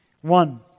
One